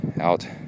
Out